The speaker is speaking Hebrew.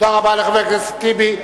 תודה רבה לחבר הכנסת טיבי.